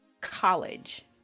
college